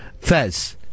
Fez